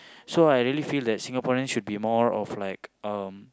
so I really feel that Singaporean should be more of like um